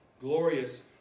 glorious